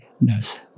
knows